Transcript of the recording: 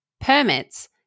permits